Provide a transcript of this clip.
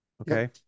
Okay